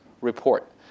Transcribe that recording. report